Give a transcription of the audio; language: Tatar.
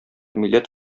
милләт